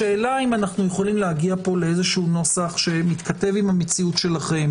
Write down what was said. השאלה אם אנחנו יכולים להגיע לנוסח שמתכתב עם המציאות שלכם.